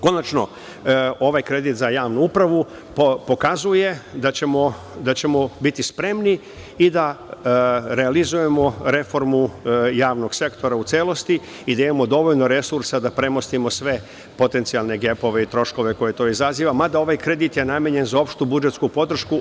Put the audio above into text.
Konačno, ovaj kredit za Javnu upravu pokazuje da ćemo biti spremni i da realizujemo reformu javnog sektora u celosti i da imamo dovoljno resursa da premostimo sve potencijalne gepove i troškove koje to izaziva, mada ovaj kredit je namenjen za opštu budžetsku podršku.